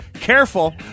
careful